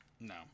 No